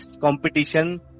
competition